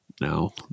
No